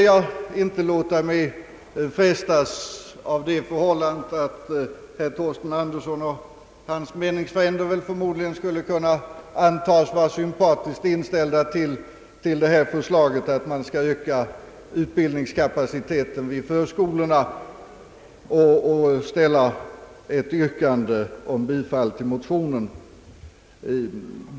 Nu skall jag inte av det förhållandet att herr Thorsten Larsson och hans meningsfränder förmodligen skulle kunna antas vara sympatiskt inställda till förslaget att öka utbildningskapaciteten vid förskolorna frestas att ställa ett yrkande om bifall till motionen.